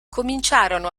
cominciarono